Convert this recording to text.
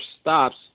stops